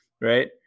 right